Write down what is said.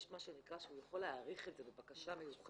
יש מה שנקרא שהוא יכול להאריך את זה בבקשה מיוחדת,